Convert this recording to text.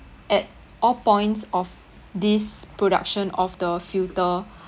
at all points of this production of the filter